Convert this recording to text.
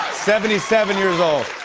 seventy seven years old.